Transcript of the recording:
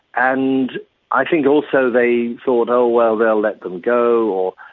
and i think also they thought, oh well, they'll let them go,